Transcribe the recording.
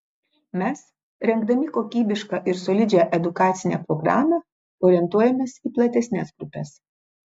mes rengdami kokybišką ir solidžią edukacinę programą orientuojamės į platesnes grupes